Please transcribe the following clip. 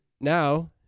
now